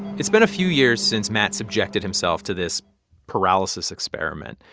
it's been a few years since matt subjected himself to this paralysis experiment.